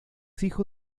hijo